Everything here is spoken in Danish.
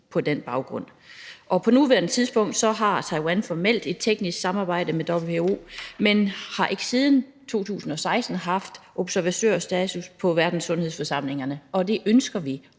på den baggrund. På nuværende tidspunkt har Taiwan formelt et teknisk samarbejde med WHO, men har ikke siden 2016 haft observatørstatus på verdenssundhedsforsamlingerne, og det ønsker vi